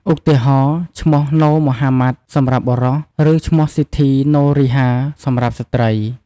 ឧទាហរណ៍ ឈ្មោះ ណូ ម៉ូហាម៉ាត់ សម្រាប់បុរស ឬ ឈ្មោះ ស៊ីធី ណូរីហា សម្រាប់ស្ត្រី។